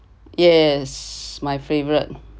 yes my favourite